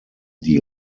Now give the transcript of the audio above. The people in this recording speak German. die